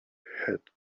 had